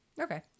Okay